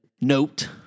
note